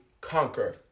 conquer